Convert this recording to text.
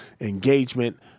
engagement